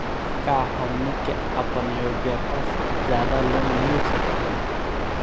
का हमनी के आपन योग्यता से ज्यादा लोन मिल सकेला?